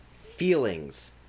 Feelings